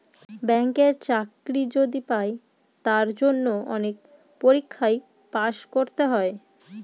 ব্যাঙ্কের চাকরি যদি পাই তার জন্য অনেক পরীক্ষায় পাস করতে হয়